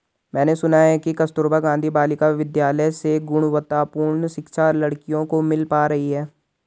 मैंने सुना है कि कस्तूरबा गांधी बालिका विद्यालय से गुणवत्तापूर्ण शिक्षा लड़कियों को मिल पा रही है